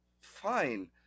fine